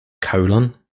colon